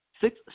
six